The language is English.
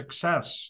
success